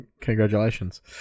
Congratulations